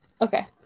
Okay